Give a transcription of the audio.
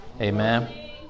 Amen